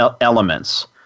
elements